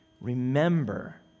Remember